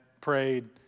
prayed